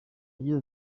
yagize